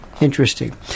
Interesting